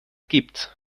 gibt